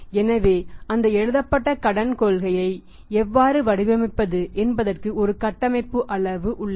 எனவே அந்த எழுதப்பட்ட கடன் கொள்கையை எவ்வாறு வடிவமைப்பது என்பதற்கு ஒரு கட்டமைப்பு அளவு உள்ளது